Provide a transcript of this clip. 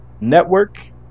Network